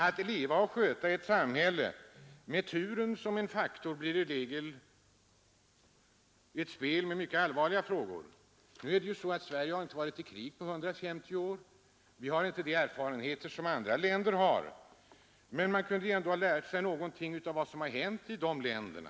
Att leva i och sköta ett samhälle med ”turen” som en faktor blir ett spel med mycket allvarliga frågor. Sverige har inte varit i krig på över 150 år, och vi har inte de erfarenheter som många andra länder har, men man borde ändå ha kunnat lära någonting av vad som hänt i de länderna.